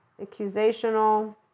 accusational